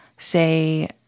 say